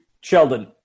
Sheldon